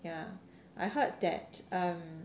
ya I heard that um